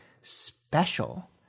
special